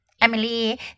Emily